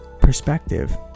perspective